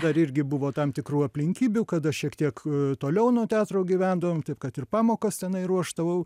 dar irgi buvo tam tikrų aplinkybių kada šiek tiek toliau nuo teatro gyvendavom taip kad ir pamokas tenai ruošdavau